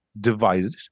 divided